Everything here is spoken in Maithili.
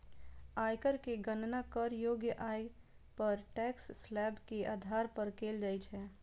आयकर के गणना करयोग्य आय पर टैक्स स्लेब के आधार पर कैल जाइ छै